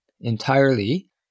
entirely